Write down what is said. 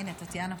הינה, טטיאנה פה.